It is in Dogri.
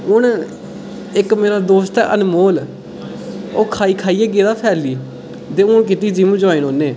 हून इक मेरा दोस्त ऐ अनमोल ओह् खाई 'खाइयै गेदा फैली ते हून कीती दी जिम ज्वाइन उ'नें